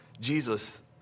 Jesus